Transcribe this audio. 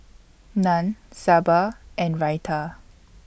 Naan Sambar and Raita